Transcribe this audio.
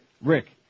Rick